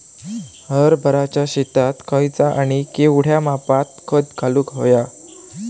हरभराच्या शेतात खयचा आणि केवढया मापात खत घालुक व्हया?